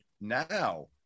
now